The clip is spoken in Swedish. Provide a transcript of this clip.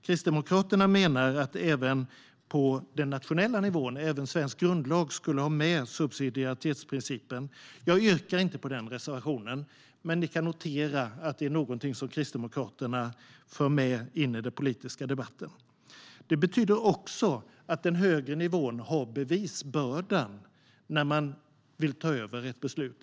Kristdemokraterna menar att även svensk grundlag skulle omfattas av subsidiaritetsprincipen. Jag yrkar inte bifall till den reservationen, men ni kan notera att det är någonting som Kristdemokraterna för in i den politiska debatten. Det betyder också att den högre nivån har bevisbördan när man vill ta över ett beslut.